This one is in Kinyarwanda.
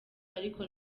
ariko